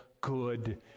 good